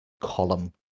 column